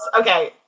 Okay